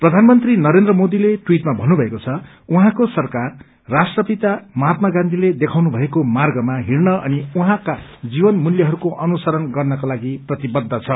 प्रधानमंत्री नरेन्द्र मोदीले टवीटमा भन्नुभएको छ उहाँको सरकार राष्ट्रपिता महात्मा गान्थीले देखाउनु भएको मार्गमा हिड़न अनि उहाँका जीवन मूल्यहरूके अनुससरण गर्नका लागि प्रतिबद्ध छ